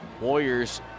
Warriors